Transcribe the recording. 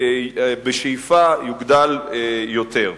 בשאיפה יוגדל יותר.